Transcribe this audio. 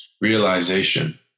realization